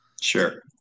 Sure